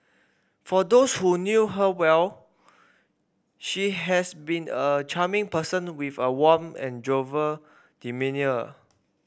for those who knew her well she has been a charming person with a warm and jovial demeanour